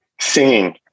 Singing